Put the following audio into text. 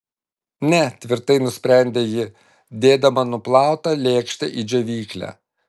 ne tvirtai nusprendė ji dėdama nuplautą lėkštę į džiovyklę